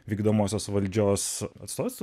vykdomosios valdžios atstovų